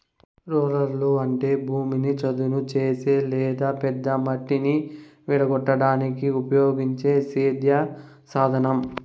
రోలర్లు అంటే భూమిని చదును చేసే లేదా పెద్ద మట్టిని విడగొట్టడానికి ఉపయోగించే సేద్య సాధనం